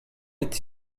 est